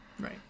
Right